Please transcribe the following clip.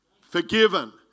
Forgiven